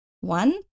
One